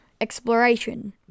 exploration